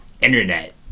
internet